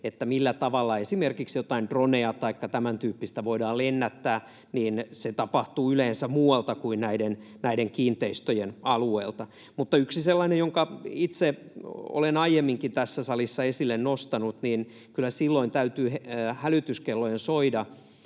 se, millä tavalla esimerkiksi jotain dronea taikka tämäntyyppistä voidaan lennättää, tapahtuu yleensä muualta kuin näiden kiinteistöjen alueelta. Mutta yksi sellainen, jonka itse olen aiemminkin tässä salissa esille nostanut, on se, että kyllä silloin täytyy hälytyskellojen soida,